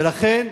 ולכן,